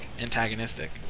antagonistic